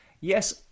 yes